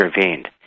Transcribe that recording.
intervened